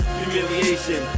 humiliation